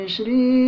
Shri